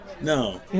No